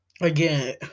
again